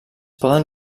poden